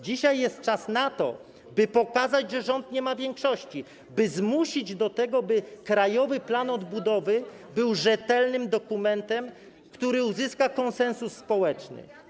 Dzisiaj jest czas na to, by pokazać, że rząd nie ma większości, by zmusić do tego, by Krajowy Plan Odbudowy był rzetelnym dokumentem, który uzyska konsensus społeczny.